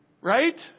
Right